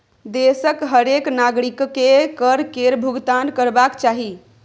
देशक हरेक नागरिककेँ कर केर भूगतान करबाक चाही